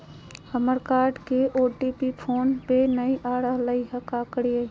हमर कार्ड के OTP phone पे नई आ रहलई हई, का करयई?